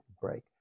break